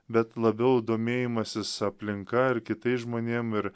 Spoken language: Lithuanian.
bet labiau domėjimasis aplinka ir kitais žmonėm ir